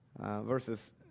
verses